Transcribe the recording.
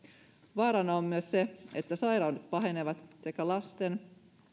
vaarana on myös se että sairaudet pahenevat sekä lasten